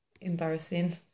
embarrassing